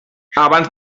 abans